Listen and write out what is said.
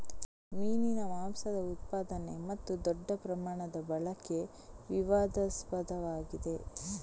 ಮೀನಿನ ಮಾಂಸದ ಉತ್ಪಾದನೆ ಮತ್ತು ದೊಡ್ಡ ಪ್ರಮಾಣದ ಬಳಕೆ ವಿವಾದಾಸ್ಪದವಾಗಿದೆ